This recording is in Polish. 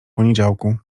poniedziałku